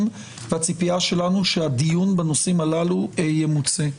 והציפייה שלנו שהדיון בנושאים הללו ימוצה.